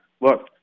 Look